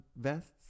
vests